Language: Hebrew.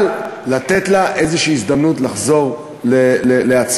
אבל לתת לו איזו הזדמנות לחזור לעצמו.